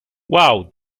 wow